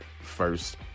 first